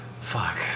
fuck